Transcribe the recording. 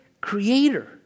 creator